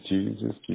Jesus